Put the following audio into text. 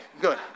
good